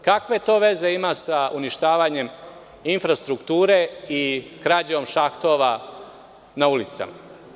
Kakve to veze ima sa uništavanjem infrastrukture i krađom šahtova na ulicama?